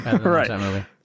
Right